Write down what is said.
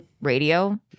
radio